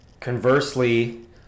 Conversely